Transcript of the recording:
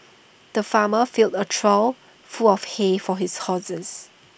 the farmer filled A trough full of hay for his horses